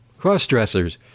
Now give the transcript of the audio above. Crossdressers